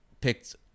picked